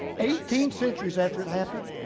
eighteen centuries after it happened,